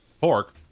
pork